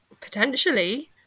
potentially